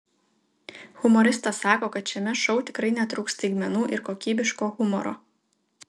humoristas sako kad šiame šou tikrai netrūks staigmenų ir kokybiško humoro